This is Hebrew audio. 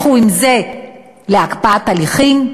לכו עם זה להקפאת הליכים,